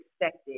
expected